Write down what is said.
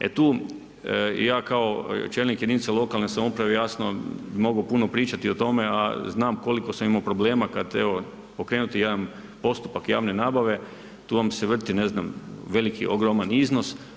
E tu ja kao čelnik jedinice lokalne samouprave jasno mogu puno pričati o tome a znam koliko sam imao problema kad, evo pokrenuti jedan postupak javne nabave, tu vam se vrti, ne znam, veliki ogroman iznos.